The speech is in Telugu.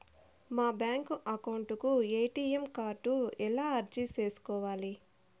మా బ్యాంకు అకౌంట్ కు ఎ.టి.ఎం కార్డు ఎలా అర్జీ సేసుకోవాలి?